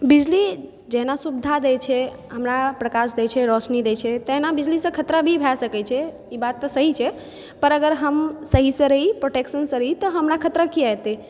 बिजली जेना सुविधा दै छै हमरा प्रकाश दै छै रौशनी दै छै तहिना बिजलीसँ खतरा भी भए सकै छै ई बात तऽ सही छै पर अगर हम सहीसँ रही प्रोटेक्शनसँ रही तऽ हमरा खतरा किया हेतै